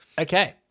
Okay